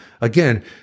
again